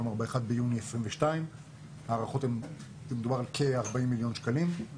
כלומר ב-1 ביוני 22'. ההערכות הן שמדובר על כ-40 מיליון שקלים,